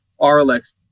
RLX